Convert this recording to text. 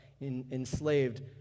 enslaved